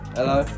Hello